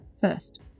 First